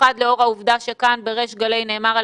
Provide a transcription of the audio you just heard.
במיוחד לאור העובדה שנאמר כאן בריש גלי על